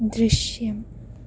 ദൃശ്യം